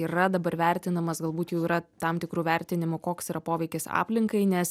yra dabar vertinamas galbūt jau yra tam tikrų vertinimų koks yra poveikis aplinkai nes